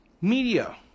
media